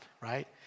right